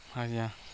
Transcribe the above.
ଆଜ୍ଞା